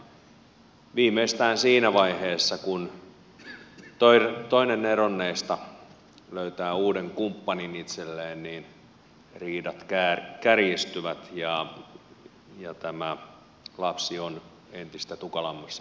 mutta viimeistään siinä vaiheessa kun toinen eronneista löytää uuden kumppanin itselleen riidat kärjistyvät ja tämä lapsi on entistä tukalammassa asemassa